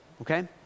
okay